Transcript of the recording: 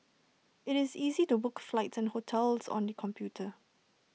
it's easy to book flights and hotels on the computer